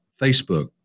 Facebook